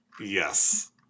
Yes